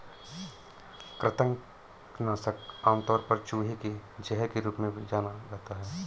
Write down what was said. कृंतक नाशक आमतौर पर चूहे के जहर के रूप में जाना जाता है